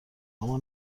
اما